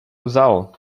vzal